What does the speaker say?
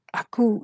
aku